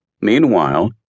Meanwhile